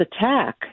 attack